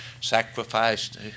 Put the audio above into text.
sacrificed